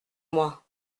moi